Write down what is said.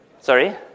Sorry